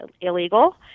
illegal